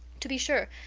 to be sure,